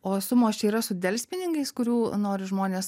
o sumos čia yra su delspinigiais kurių nori žmonės